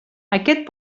aquest